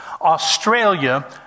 australia